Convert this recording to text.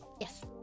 yes